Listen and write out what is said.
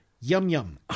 Yum-yum